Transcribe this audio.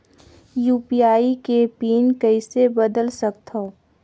UPI के PIN कइसे बदल सकथव?